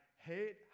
hate